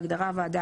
בהגדרה "הוועדה",